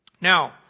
Now